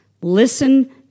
Listen